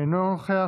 אינו נוכח,